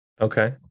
Okay